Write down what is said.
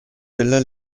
della